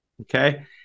okay